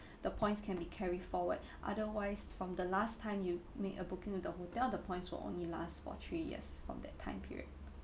the points can be carry forward otherwise from the last time you make a booking with the hotel the points will only last for three years from that time period